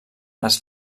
les